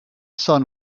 sun